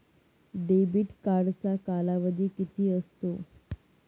Debit कार्डचा कालावधी किती असतो?